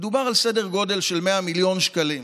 מדובר על סדר גודל של 100 מיליון שקלים.